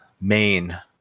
main